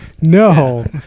No